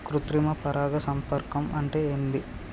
కృత్రిమ పరాగ సంపర్కం అంటే ఏంది?